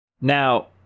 Now